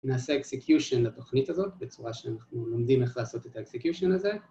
‫נעשה Execution לתוכנית הזאת, ‫בצורה שאנחנו לומדים ‫איך לעשות את הExecution הזה